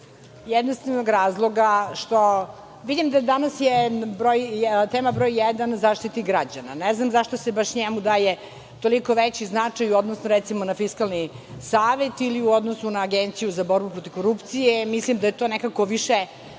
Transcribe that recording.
jednostavnog razloga što vidim da je danas tema broj jedan Zaštitnik građana. Ne znam zašto se baš njemu daje toliko veći značaj u odnosu, recimo, na Fiskalni savet ili u odnosu na Agenciju za borbu protiv korupcije. Mislim da je to nekako više